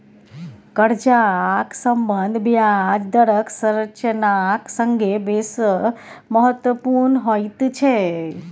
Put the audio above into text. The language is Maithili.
कर्जाक सम्बन्ध ब्याज दरक संरचनाक संगे बेस महत्वपुर्ण होइत छै